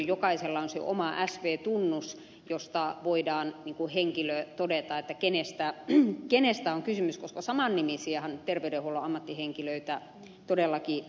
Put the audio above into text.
jokaisella on se oma sv tunnuksensa josta voidaan henkilö todeta kenestä on kysymys koska samannimisiähän terveydenhuollon ammattihenkilöitä todellakin on